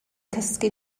cysgu